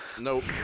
Nope